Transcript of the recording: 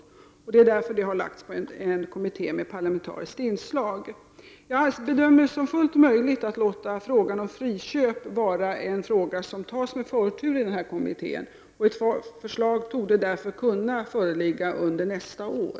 Det är därför som uppgiften har lagts på en kommitté med parlamentariskt inslag. Jag bedömer det som fullt möjligt att låta frågan om friköp vara en fråga som behandlas med förtur av denna kommitté. Ett förslag torde därför föreligga under nästa år.